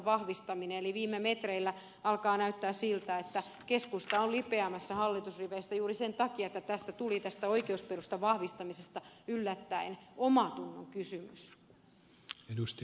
eli viime metreillä alkaa näyttää siltä että keskusta on lipeämässä hallitusriveistä juuri sen takia että tästä oikeusperustan vahvistamisesta tuli yllättäen omantunnon kysymys